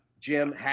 Jim